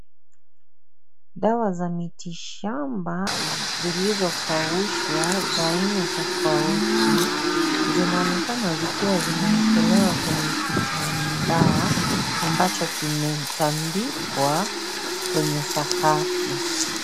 Dawa za miti shamba zilizokaushwa za aina tofauti zinaonekana zikiwa zimeekelewa kwenye kitambaa ambacho kimetandikwa kwenye sakafu.